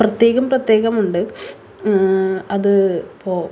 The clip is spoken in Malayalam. പ്രത്യേകം പ്രേത്യകം ഉണ്ട് അത് പോ